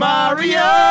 Mario